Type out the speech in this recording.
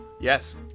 Yes